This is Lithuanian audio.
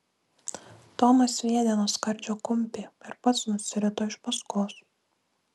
tomas sviedė nuo skardžio kumpį ir pats nusirito iš paskos